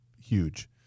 huge